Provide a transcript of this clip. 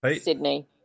Sydney